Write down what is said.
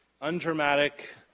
undramatic